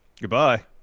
Goodbye